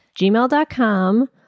gmail.com